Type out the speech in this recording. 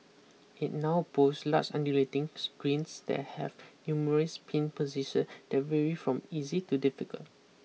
it now boss large undulating screens that have numerous pin position that vary from easy to difficult